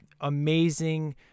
amazing